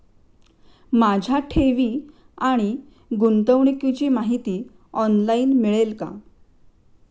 माझ्या ठेवी आणि गुंतवणुकीची माहिती ऑनलाइन मिळेल का?